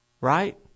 Right